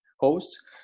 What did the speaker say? hosts